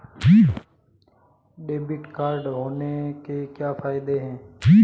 Debit card होने के क्या फायदे हैं?